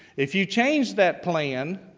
if you change that plan,